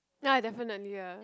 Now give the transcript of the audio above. ya definitely ah